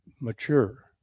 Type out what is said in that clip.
mature